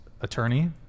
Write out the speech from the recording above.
attorney